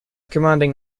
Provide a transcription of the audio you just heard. commanding